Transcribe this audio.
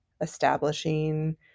establishing